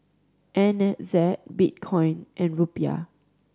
N Z Bitcoin and Rupiah